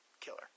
killer